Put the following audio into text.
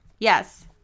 yes